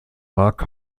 mark